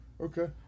Okay